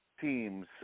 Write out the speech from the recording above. teams